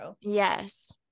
Yes